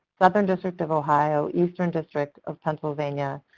southern district of ohio, eastern district of pennsylvania,